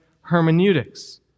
hermeneutics